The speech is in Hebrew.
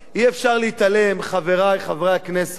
אי-אפשר להתעלם, חברי חברי הכנסת,